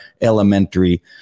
elementary